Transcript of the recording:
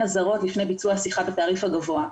אזהרות לפני ביצוע שיחה בתעריף הגבוה.